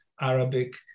Arabic